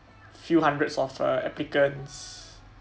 few hundreds of uh applicants